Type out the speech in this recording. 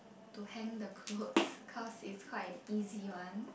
to hang the clothes cause it is quite a easy one